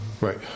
right